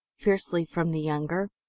fiercely, from the younger.